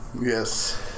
yes